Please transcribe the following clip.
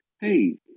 hey